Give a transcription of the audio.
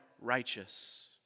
righteous